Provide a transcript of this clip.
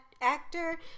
actor